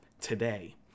today